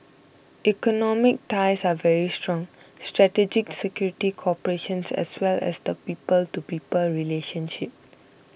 economic ties are very strong strategic security cooperations as well as the people to people relationship